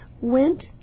went